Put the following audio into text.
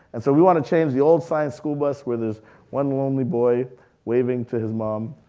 and so we wanna change the old science school bus with this one lonely boy waving to his mom,